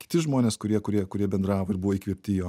kiti žmonės kurie kurie kurie bendravo ir buvo įkvėpti jo